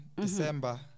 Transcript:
December